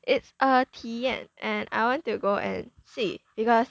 it's a 体验 and I want to go and see because